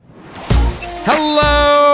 hello